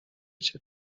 cię